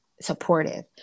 supportive